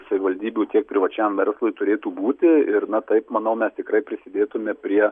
savivaldybių tiek privačiam verslui turėtų būti ir na taip manau mes tikrai prisidėtume prie